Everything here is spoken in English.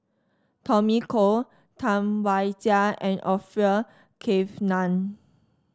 Tommy Koh Tam Wai Jia and Orfeur Cavenagh